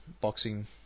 boxing